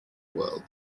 world